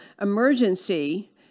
emergency